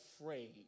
afraid